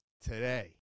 today